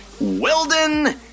Weldon